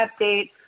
update